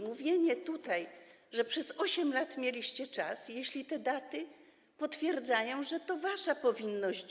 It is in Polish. Mówienie, że przez 8 lat mieliście czas, jeśli te daty potwierdzają, że to była wasza powinność.